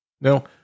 Now